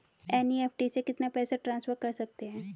NEFT से कितना पैसा ट्रांसफर कर सकते हैं?